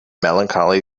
melancholy